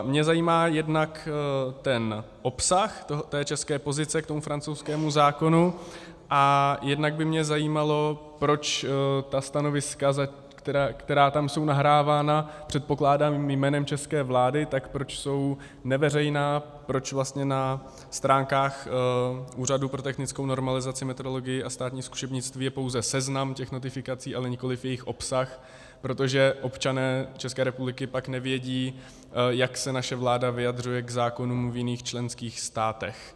Mě zajímá jednak ten obsah té české pozice k tomu francouzskému zákonu a jednak by mě zajímalo, proč ta stanoviska, která tam jsou nahrávána, předpokládám, jménem české vlády, tak proč jsou neveřejná, proč vlastně na stránkách Úřadu pro technickou normalizaci, metrologii a státní zkušebnictví je pouze seznam těch notifikací, ale nikoliv jejich obsah, protože občané České republiky pak nevědí, jak se naše vláda vyjadřuje k zákonům v jiných členských státech.